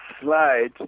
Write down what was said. slide